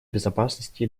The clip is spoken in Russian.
безопасности